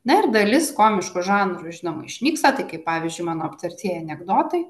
na ir dalis komiškų žanrų žinoma išnyksta tai kaip pavyzdžiui mano aptartieji anekdotai